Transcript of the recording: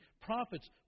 Prophets